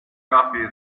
coffee